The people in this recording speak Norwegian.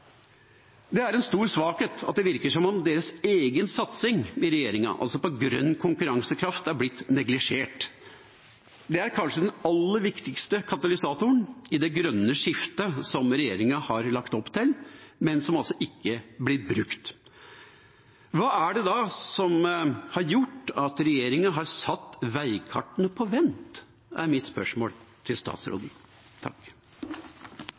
Det er en stor svakhet at det virker som om deres egen satsing i regjeringa, altså på grønn konkurransekraft, er blitt neglisjert. Det er kanskje den aller viktigste katalysatoren i det grønne skiftet som regjeringa har lagt opp til, men som altså ikke blir brukt. Hva er det da som har gjort at regjeringa har satt veikartene på vent? Det er mitt spørsmål til statsråden.